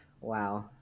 Wow